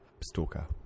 stalker